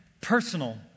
personal